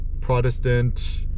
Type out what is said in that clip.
protestant